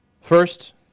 First